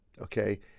okay